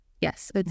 Yes